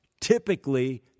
typically